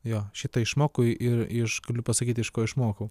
jo šitą išmokau ir iš galiu pasakyt iš ko išmokau